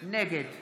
נגד